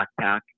backpack